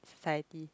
society